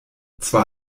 zwar